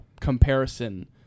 comparison